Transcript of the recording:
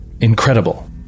incredible